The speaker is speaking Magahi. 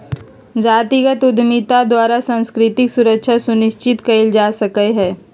जातिगत उद्यमिता द्वारा सांस्कृतिक सुरक्षा सुनिश्चित कएल जा सकैय